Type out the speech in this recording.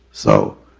so,